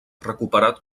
recuperat